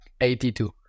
82